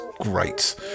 great